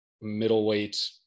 middleweight